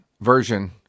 version